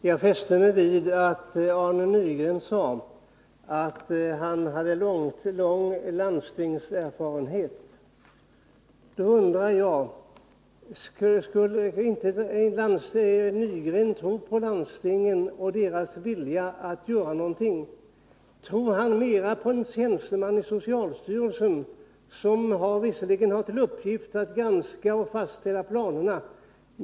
Herr talman! Jag fäste mig vid att Arne Nygren sade att han hade lång landstingserfarenhet. Då undrar jag om han inte borde tro på landstingen och på deras vilja att göra någonting. Tror Arne Nygren mera på en tjänsteman i socialstyrelsen, som visserligen har till uppgift att granska och fastställa planerna?